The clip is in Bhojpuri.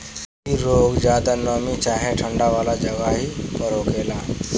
इ रोग ज्यादा नमी चाहे ठंडा वाला जगही पर होखेला